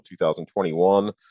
2021